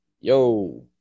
Yo